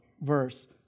verse